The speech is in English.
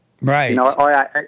right